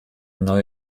neue